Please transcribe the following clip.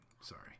Sorry